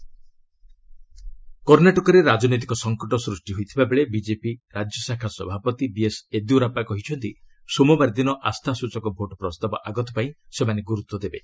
Karnataka political crisis କର୍ଣ୍ଣାଟକରେ ରାଜନୈତିକ ସଙ୍କଟ ସ୍ପଷ୍ଟି ହୋଇଥିବାବେଳେ ବିଜେପି ରାଜ୍ୟଶାଖା ସଭାପତି ବିଏସ୍ ୟେଦିୟୁରାପ୍ସା କହିଚ୍ଚନ୍ତି ସୋମବାର ଦିନ ଆସ୍ଥାସ୍ଚଚକ ଭୋଟ୍ ପ୍ରସ୍ତାବ ଆଗତ ପାଇଁ ସେମାନେ ଗୁରୁତ୍ୱ ଦେବେ